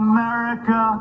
America